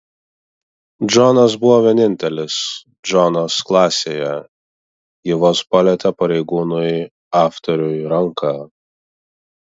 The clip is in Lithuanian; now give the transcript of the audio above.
džonas buvo vienintelis džonas klasėje ji vos palietė pareigūnui afteriui ranką